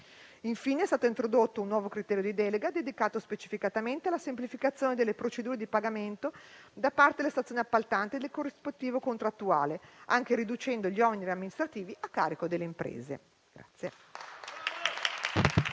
Infine, è stato introdotto un nuovo criterio di delega, dedicato specificatamente alla semplificazione delle procedure di pagamento, da parte delle stazioni appaltanti, del corrispettivo contrattuale, anche riducendo gli oneri amministrativi a carico delle imprese.